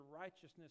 righteousness